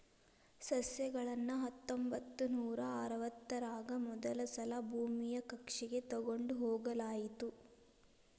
ಸಸ್ಯಗಳನ್ನ ಹತ್ತೊಂಬತ್ತನೂರಾ ಅರವತ್ತರಾಗ ಮೊದಲಸಲಾ ಭೂಮಿಯ ಕಕ್ಷೆಗ ತೊಗೊಂಡ್ ಹೋಗಲಾಯಿತು